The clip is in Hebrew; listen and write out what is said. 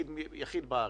יחיד בארץ,